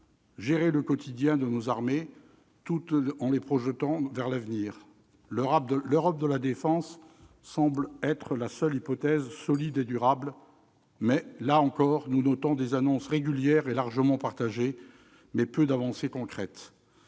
gérer le quotidien de nos armées tout en les projetant vers l'avenir. L'Europe de la défense semble la seule hypothèse solide et durable, mais, là encore, nous notons des annonces régulières et largement partagées, mais peu d'avancées concrètes.